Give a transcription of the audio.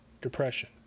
depression